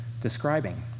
describing